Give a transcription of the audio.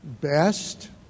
best